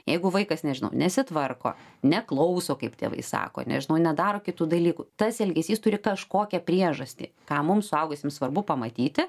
jeigu vaikas nežinau nesitvarko neklauso kaip tėvai sako nežinau nedaro kitų dalykų tas elgesys turi kažkokią priežastį ką mums suaugusiems svarbu pamatyti